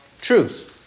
Truth